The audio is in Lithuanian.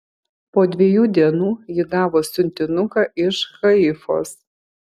po dviejų dienų ji gavo siuntinuką iš haifos